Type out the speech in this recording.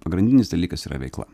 pagrindinis dalykas yra veikla